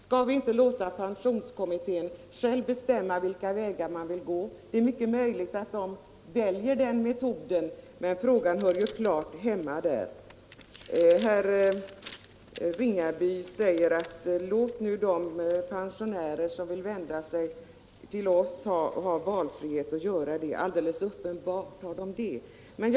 Skall vi inte låta pensionskommittén själv bestämma vilka vägar man vill gå? Det är mycket möjligt att man väljer den metoden, men frågan hör klart hemma hos kommittén. Herr Ringaby sade också, att låt nu de pensionärer som vill vända sig till oss ha valfriheten att göra det. Alldeles uppenbart har de den möjligheten.